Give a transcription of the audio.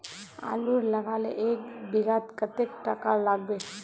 आलूर लगाले एक बिघात कतेक टका लागबे?